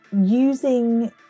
Using